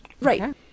right